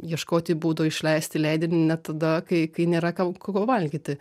ieškoti būdų išleisti leidinį net tada kai kai nėra kam ko valgyti